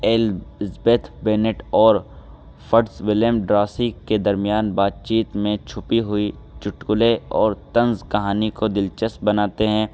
Elizabeth Bennet اور Fitzwilliam ڈاسک کے درمیان بات چیت میں چھپی ہوئی چٹکلے اور طنز کہانی کو دلچسپ بناتے ہیں